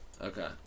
Okay